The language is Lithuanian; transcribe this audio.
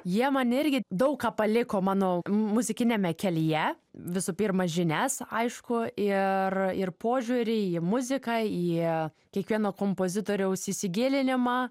jie man irgi daug ką paliko mano muzikiniame kelyje visų pirma žinias aišku ir ir požiūrį į muziką į kiekvieno kompozitoriaus įsigilinimą